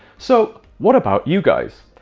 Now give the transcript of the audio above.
so what about you guys?